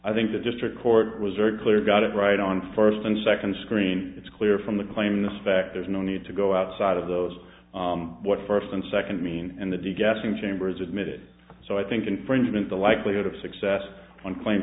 i think the district court was very clear got it right on first and second screen it's clear from the claim this fact there's no need to go outside of those what first and second means and the d guessing chambers admitted so i think infringement the likelihood of success on claim